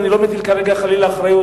אני לא מטיל כרגע חלילה אחריות,